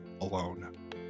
alone